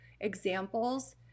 examples